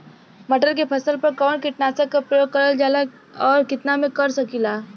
मटर के फसल पर कवन कीटनाशक क प्रयोग करल जाला और कितना में कर सकीला?